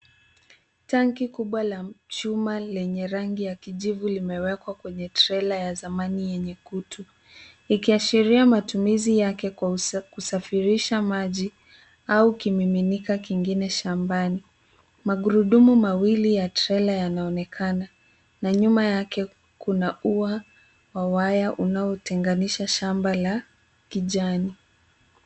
Tanki kubwa la chuma lenye rangi ya kijivu limewekwa kwenye trela ya zamani yenye kutu, ikiashiria matumizi yake kwa kusafirisha maji au kimiminika kingine shambani. Magurudumu mawili ya trela yanaonekana na nyuma yake kuna ua wa waya unaotenganisha shamba la kijani.